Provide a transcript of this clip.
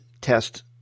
test